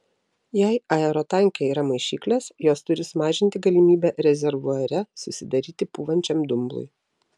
jei aerotanke yra maišyklės jos turi sumažinti galimybę rezervuare susidaryti pūvančiam dumblui